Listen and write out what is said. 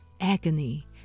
agony